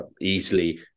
easily